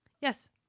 Yes